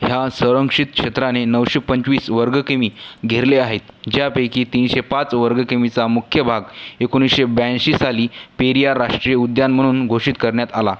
ह्या संरक्षित क्षेत्राने नऊशे पंचवीस वर्ग किमी घेरले आहेत ज्यापैकी तीनशे पाच वर्ग किमीचा मुख्य भाग एकोणीसशे ब्याऐंशी साली पेरियार राष्ट्रीय उद्यान म्हणून घोषित करण्यात आला